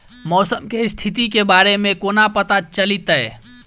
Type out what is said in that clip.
मौसम केँ स्थिति केँ बारे मे कोना पत्ता चलितै?